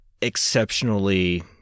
exceptionally